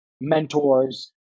mentors